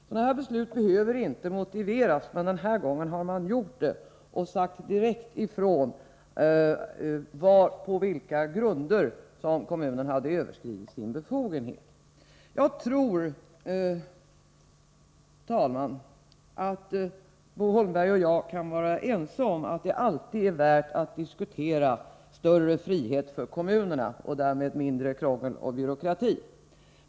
Sådana här beslut behöver inte motiveras, men denna gång har man gjort det och sagt direkt ifrån på vilka grunder som kommunen hade överskridit sin befogenhet. Jag tror, herr talman, att Bo Holmberg och jag kan vara ense om att det alltid är värt att diskutera större frihet för kommunerna och därmed mindre krångel och byråkrati.